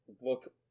look